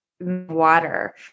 water